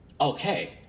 okay